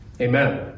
Amen